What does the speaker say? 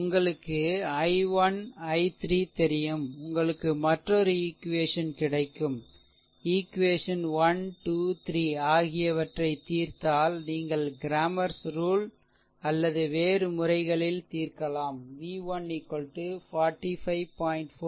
உங்களுக்கு i1 i3 தெரியும் உங்களுக்கு மற்றொரு ஈக்வேசன் கிடைக்கும் ஈக்வேசன் 1 2 3 ஆகியவற்றை தீர்த்தால் நீங்கள் கிரேமர்ஸ் ரூல்Cramer's rule அல்லது வேறு முறைகளில் தீர்க்கலாம் v1 45